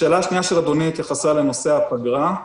השאלה השנייה של אדוני התייחסה לנושא הפגרה.